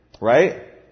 right